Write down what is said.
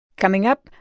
coming up,